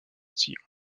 sillon